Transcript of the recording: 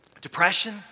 Depression